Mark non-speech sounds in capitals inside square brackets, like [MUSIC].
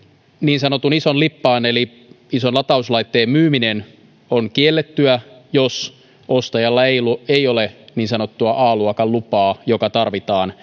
niin sanotun ison lippaan eli ison latauslaitteen myyminen on kiellettyä jos ostajalla ei ole niin sanottua a luokan lupaa joka tarvitaan [UNINTELLIGIBLE]